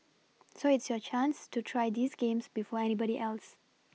so it's your chance to try these games before anybody else